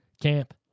camp